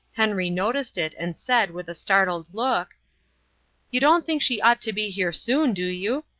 henry noticed it, and said, with a startled look you don't think she ought to be here soon, do you?